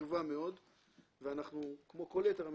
חשובה מאוד ואנחנו, כמו כל יתר המשרדים,